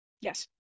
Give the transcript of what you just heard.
Yes